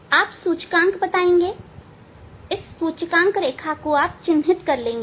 आप सूचकांक बताएंगे सूचकांक रेखा को चिन्हित कर लेगे